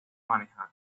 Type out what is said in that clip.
manejar